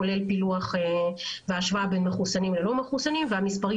כולל פילוח והשוואה בין מחוסנים ללא מחוסנים והמספרים